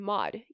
Mod